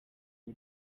w’u